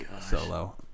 Solo